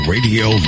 Radio